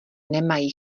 nemají